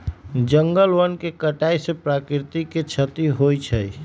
जंगल वन के कटाइ से प्राकृतिक के छति होइ छइ